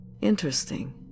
Interesting